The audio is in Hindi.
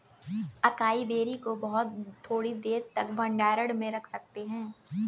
अकाई बेरी को बहुत थोड़ी देर तक भंडारण में रख सकते हैं